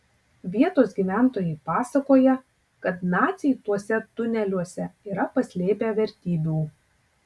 vietos gyventojai pasakoja kad naciai tuose tuneliuose yra paslėpę vertybių